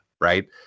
right